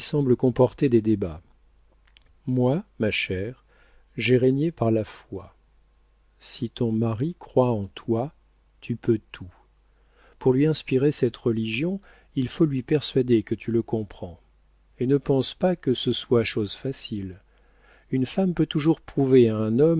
comporter des débats moi ma chère j'ai régné par la foi si ton mari croit en toi tu peux tout pour lui inspirer cette religion il faut lui persuader que tu le comprends et ne pense pas que ce soit chose facile une femme peut toujours prouver à un homme